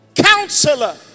counselor